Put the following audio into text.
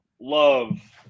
love